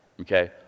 okay